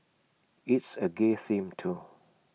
it's A gay theme too